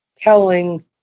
telling